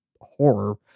horror